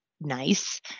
nice